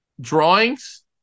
Drawings